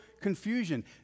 confusion